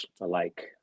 alike